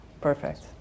Perfect